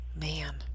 man